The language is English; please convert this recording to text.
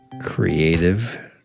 creative